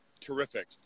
terrific